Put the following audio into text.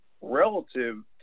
relative